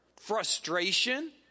frustration